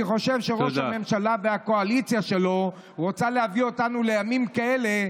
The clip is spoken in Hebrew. אני חושב שראש הממשלה והקואליציה שלו רוצה להביא אותנו לימים כאלה,